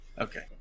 Okay